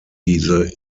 diese